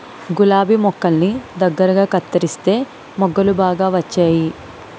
గులాబి మొక్కల్ని దగ్గరగా కత్తెరిస్తే మొగ్గలు బాగా వచ్చేయి